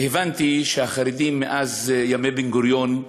והבנתי שהחרדים, מאז ימי בן-גוריון,